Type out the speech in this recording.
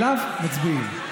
עליו מצביעים.